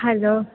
hello